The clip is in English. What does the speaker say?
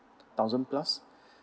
thousand plus